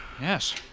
Yes